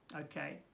Okay